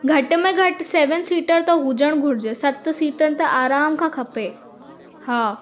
घटि में घटि सेवन सिटर त हुजणु घुरिजे सत सिटर त आराम खां खपे हा